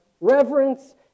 Reverence